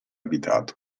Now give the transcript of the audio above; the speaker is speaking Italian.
abitato